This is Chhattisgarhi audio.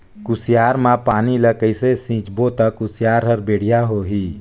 कुसियार मा पानी ला कइसे सिंचबो ता कुसियार हर बेडिया होही?